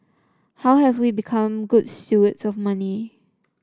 how have we become good stewards of money